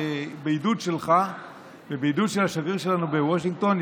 בעידוד שלך ובעידוד השגריר שלנו בוושינגטון,